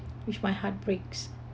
which my heart breaks